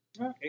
Okay